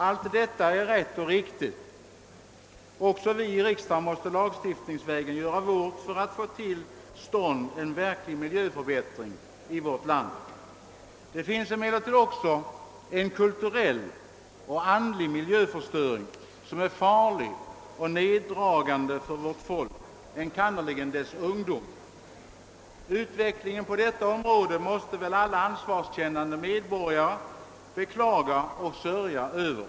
Allt detta är rätt och riktigt. även vi här i riksdagen måste lagstiftningsvägen göra vårt för att få till stånd en verklig miljöförbättring här i landet. Det finns emellertid också en kulturell och andlig miljöförstöring som är farlig och neddragande för vårt folk, enkannerligen ungdomen. Utvecklingen på detta område måste väl alla ansvarskännande medborgare beklaga och sörja över.